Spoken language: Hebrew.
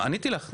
עניתי לך.